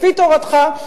לפי תורתך,